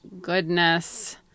goodness